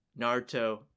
Naruto